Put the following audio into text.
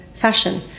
fashion